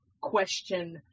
question